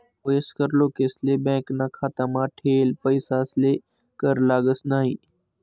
वयस्कर लोकेसले बॅकाना खातामा ठेयेल पैसासले कर लागस न्हयी